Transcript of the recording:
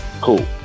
Cool